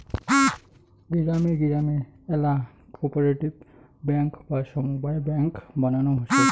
গিরামে গিরামে আল্যা কোপরেটিভ বেঙ্ক বা সমব্যায় বেঙ্ক বানানো হসে